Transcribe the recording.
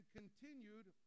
continued